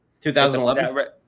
2011